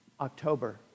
October